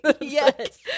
Yes